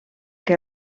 que